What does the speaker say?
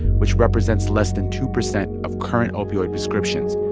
which represents less than two percent of current opioid prescriptions,